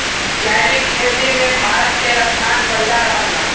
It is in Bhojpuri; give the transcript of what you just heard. जैविक खेती मे भारत के स्थान पहिला रहल बा